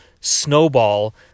snowball